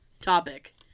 topic